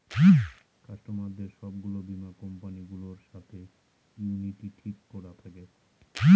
কাস্টমারদের সব গুলো বীমা কোম্পানি গুলোর সাথে ইউনিটি ঠিক করা থাকে